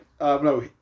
No